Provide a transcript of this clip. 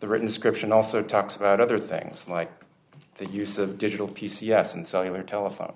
the written description also talks about other things like the use of digital p c s and cellular telephone